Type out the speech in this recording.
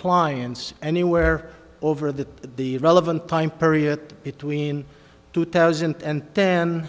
clients anywhere over that the relevant time period between two thousand and ten